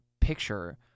picture